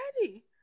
ready